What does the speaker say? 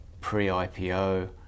pre-ipo